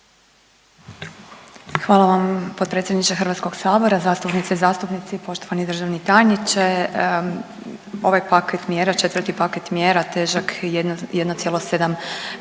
Hvala vam potpredsjedniče Hrvatskog sabora. Zastupnice i zastupnici, poštovani državni tajniče, ovaj paket mjera, četvrti paket mjera težak 1,7 milijardi